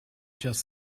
just